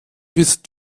wird